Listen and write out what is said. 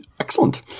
excellent